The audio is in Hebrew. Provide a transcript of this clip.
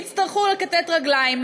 יצטרכו לכתת רגליים,